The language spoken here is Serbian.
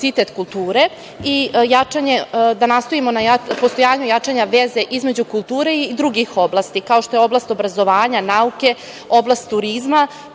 i da nastojimo na postojanju jačanja veze između kulture i drugih oblasti, kao što je oblast obrazovanja, nauke, oblast turizma,